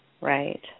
Right